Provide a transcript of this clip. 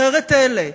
אחרת אלה